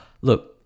Look